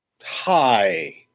Hi